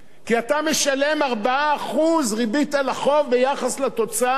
כי אתה משלם 4% ריבית על החוב ביחס לתוצר,